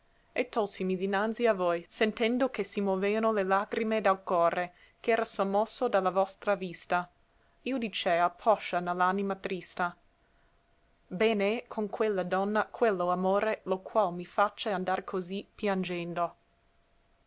e tòlsimi dinanzi a voi sentendo che si movean le lagrime dal core ch'era sommosso da la vostra vista io dicea poscia ne l'anima trista ben è con quella donna quello amore lo qual mi face andar così piangendo